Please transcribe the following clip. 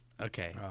Okay